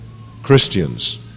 Christians